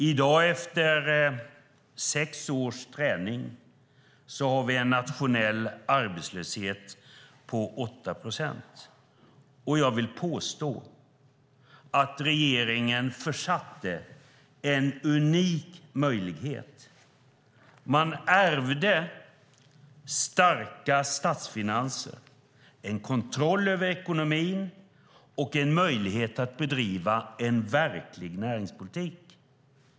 I dag, efter sex års träning, har vi en nationell arbetslöshet på 8 procent. Jag vill påstå att regeringen försatt en unik möjlighet. Man ärvde starka statsfinanser, en kontroll över ekonomin och en möjlighet att bedriva en verklig näringspolitik.